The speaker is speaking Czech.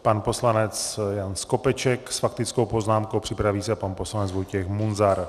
Pan poslanec Jan Skopeček s faktickou poznámkou, připraví se pan poslanec Vojtěch Munzar.